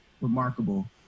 remarkable